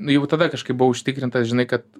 jau tada kažkaip buvau užtikrintas žinai kad